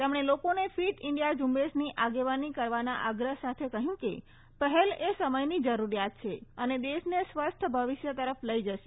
તેમણે લોકોને fit India ઝુંબેશની આગેવાની કરવાના આગ્રફ સાથે કહ્યું કે પહેલએ સમયની જરૂરીયાત છે અને દેશને સ્વસ્થ ભવિષ્ય તરફ લઇ જશે